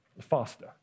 Faster